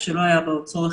כשלא היה בה עוד צורך,